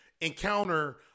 encounter